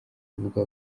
avuga